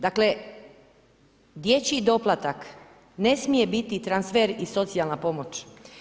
Dakle dječji doplatak ne smije biti transfer i socijalna pomoć.